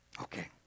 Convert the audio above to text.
Okay